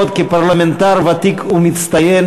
כפרלמנטר ותיק ומצטיין,